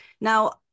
now